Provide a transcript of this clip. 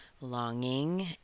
longing